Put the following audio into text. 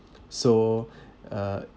so uh